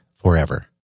forever